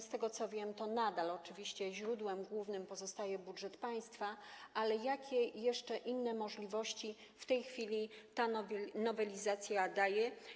Z tego, co wiem, to nadal oczywiście źródłem głównym pozostaje budżet państwa, ale jakie jeszcze inne możliwości w tej chwili ta nowelizacja daje?